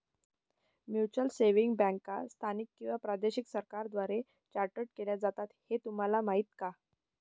Mutual savings बँका स्थानिक किंवा प्रादेशिक सरकारांद्वारे चार्टर्ड केल्या जातात हे तुम्हाला माहीत का?